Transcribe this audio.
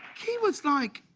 he was, like